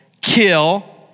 kill